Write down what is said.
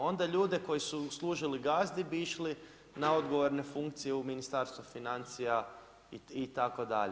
Onda ljude koji su služili gazdi bi išli na odgovorne funkcije u Ministarstvo financija itd.